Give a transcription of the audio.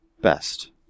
Best